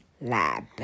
lab